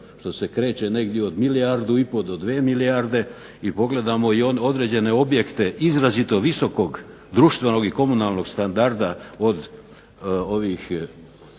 što se kreće negdje od milijardu i pol do dvije milijarde i pogledamo i one određene objekte izrazito visokog društvenog i komunalnog standarda od ovih